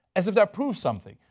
as if that proves something.